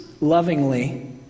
lovingly